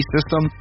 System